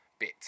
bit